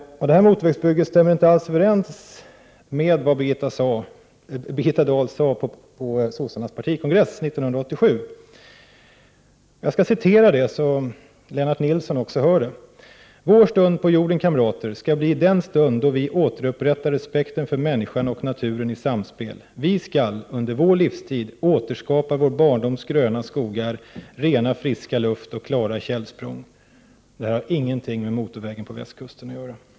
Det motorvägsbygget stämmer inte ens överens med vad Birgitta Dahl sade på socialdemokraternas partikongress 1987. Jag skall citera det, så att också Lennart Nilsson får höra det: ”Vår stund på jorden, kamrater, skall bli den stund då vi återupprättar respekten för människan och naturen i samspel! Vi skall, under vår livstid, återskapa vår barndoms gröna skogar, rena friska luft och klara källsprång.” — Det har ingenting med motorvägen på västkusten att göra.